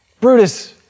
Brutus